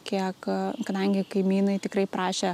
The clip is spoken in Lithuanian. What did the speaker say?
kiek kadangi kaimynai tikrai prašė